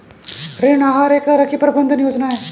ऋण आहार एक तरह की प्रबन्धन योजना है